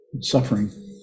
suffering